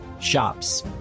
shops